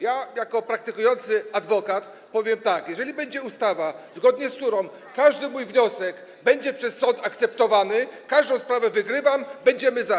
Ja jako praktykujący adwokat powiem tak: jeżeli będzie ustawa, zgodnie z którą każdy mój wniosek będzie przez sąd akceptowany, każdą sprawę wygrywam, będziemy za.